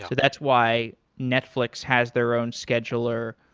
that's why netflix has their own scheduler,